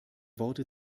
worte